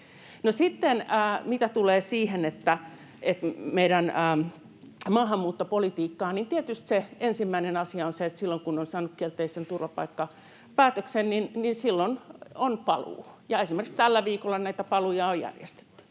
sitten, mitä tulee meidän maahanmuuttopolitiikkaan, tietysti se ensimmäinen asia on se, että silloin kun on saanut kielteisen turvapaikkapäätöksen, niin silloin on paluu, ja esimerkiksi tällä viikolla näitä paluita on järjestetty.